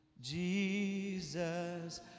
Jesus